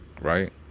right